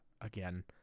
again